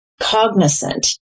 cognizant